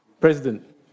president